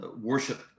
worship